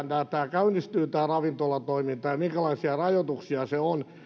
käynnistyy tämä ravintolatoiminta ja minkälaisia rajoituksia siinä on